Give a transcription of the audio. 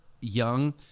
young